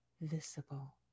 visible